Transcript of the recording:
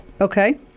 Okay